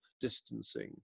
distancing